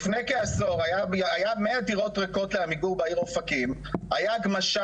לפני כעשור היו 100 דירות ריקות לעמיגור בעיר אופקים הייתה הגמשה